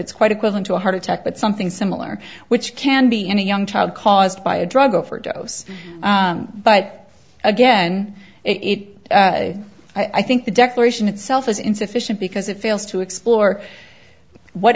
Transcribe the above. it's quite equivalent to a heart attack but something similar which can be in a young child caused by a drug overdose but again it i think the declaration itself is insufficient because it fails to explore what